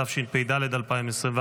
התשפ"ד 2024,